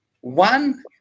one